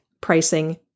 pricing